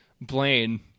Blaine